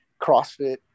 CrossFit